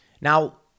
Now